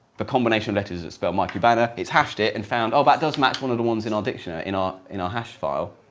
the combination of letters that spell mycubana it's hashed it and found, oh that does match one of the ones in our dictionary, in our in our hashfile,